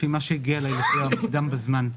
שהגיע אלינו, לפי המוקדם בזמן.